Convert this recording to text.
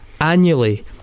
annually